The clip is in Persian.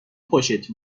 خوشت